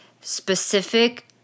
specific